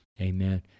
Amen